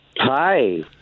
Hi